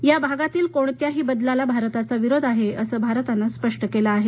या भागातील कोणत्याही बदलाला भारताचा विरोध आहे असं भारतान स्पष्ट केलं आहे